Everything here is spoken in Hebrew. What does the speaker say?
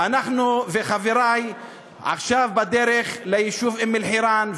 אני וחברי עכשיו בדרך ליישוב אום-אלחיראן,